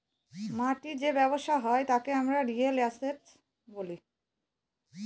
মাটির যে ব্যবসা হয় তাকে আমরা রিয়েল এস্টেট বলি